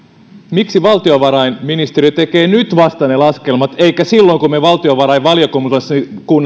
miksi valtiovarainministeriö tekee nyt vasta ne laskelmat eikä tehnyt niitä silloin kun me valtiovarainvaliokunnassa